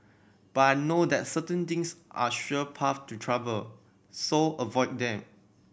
but I know that certain things are sure paths to trouble so avoid them